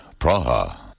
Praha